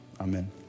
Amen